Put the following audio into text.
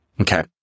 Okay